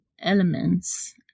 elements